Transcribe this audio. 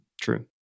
True